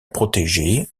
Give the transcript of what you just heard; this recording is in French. protéger